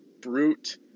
brute